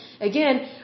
again